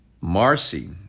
marcy